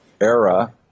era